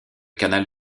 canal